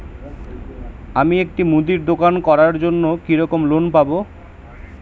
আমি একটি মুদির দোকান করার জন্য কি রকম লোন পাব?